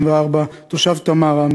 תושב תמרה,